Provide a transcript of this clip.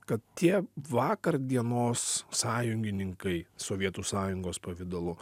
kad tie vakar dienos sąjungininkai sovietų sąjungos pavidalu